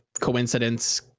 coincidence